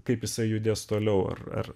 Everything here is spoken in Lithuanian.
kaip jisai judės toliau ar ar